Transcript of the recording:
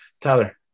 Tyler